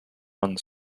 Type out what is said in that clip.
one